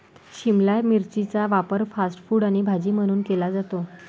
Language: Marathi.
शिमला मिरचीचा वापर फास्ट फूड आणि भाजी म्हणून केला जातो